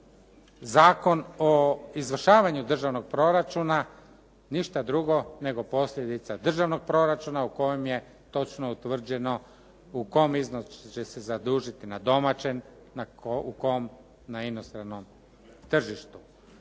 Zakon o izvršavanju državnog proračuna ništa drugo nego posljedica državnog proračuna u kojem je točno utvrđeno u kom iznosu će se zadužiti na domaćem, u kom na inostranom tržištu.